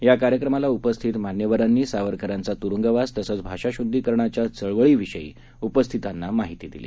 या कार्यक्रमाला उपस्थित मान्यवरांनी सावरकरांचा तुरुंगवास तसंच भाषाशुद्धीकरणाच्या चळवळीविषयी उपस्थितांना माहिती दिली